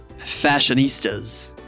fashionistas